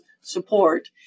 support